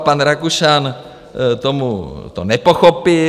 Pan Rakušan tomu... to nepochopil.